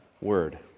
Word